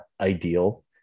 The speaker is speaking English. ideal